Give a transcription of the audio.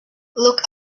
look